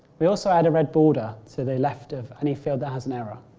we also add a red border to the left of any field that has an error.